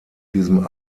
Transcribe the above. diesem